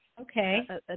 okay